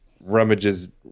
rummages